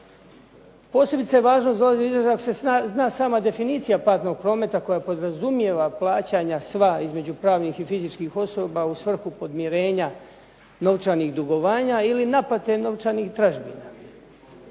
Posebice važno ako se zna sama definicija platnog prometa koja podrazumijeva plaćanja sva između pravnih i fizičkih osoba u svrhu podmirenja novčanih dugovanja ili naplate novčanih tražbina.